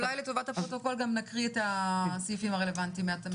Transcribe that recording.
אולי לטובת הפרוטוקול גם נקריא את הסעיפים הרלוונטיים מהתוספת.